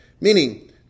Meaning